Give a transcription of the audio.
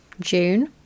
June